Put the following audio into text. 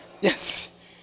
Yes